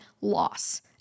loss